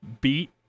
beat